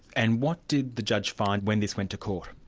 and what did the judge find when this went to court?